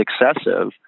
excessive